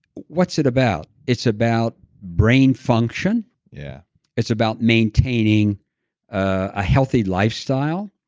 what's it about? it's about brain function yeah it's about maintaining a healthy lifestyle.